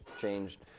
changed